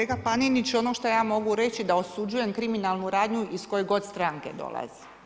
Kolega Panenić, ono što ja mogu reći, da osuđujem kriminalnu radnju iz koje god stranke dolazi.